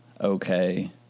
okay